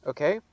Okay